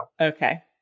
Okay